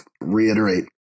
reiterate